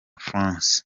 france